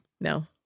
No